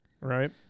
Right